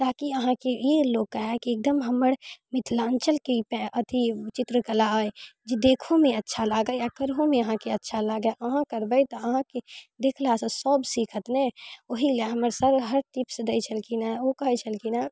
ताकि अहाँके ई लोक कहै की एकदम हमर मिथिलाञ्चल के ई अथी चित्रकला अइ जे देखहोमे अच्छा लागा आओर करहोमे अहाँके अच्छा लागै अहाँ करबै तऽ अहाँके देखलासँ सब सीखत ने ओही लऽ हमर सर इएह टिप्स दै छलखिन हँ ओ कहै छलखिन हँ